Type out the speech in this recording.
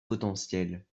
potentielle